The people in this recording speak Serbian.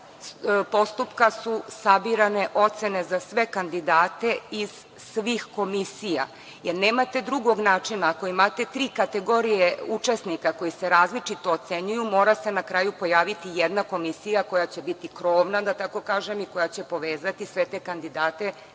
postupka sabirane ocene za sve kandidate iz svih komisija, jer nemate drugog načina. Ako imate tri kategorije učesnika koji se različito ocenjuju, mora se na kraju pojaviti jedna komisija koja će biti krovna, da tako kažem, koja će povezati sve te kandidate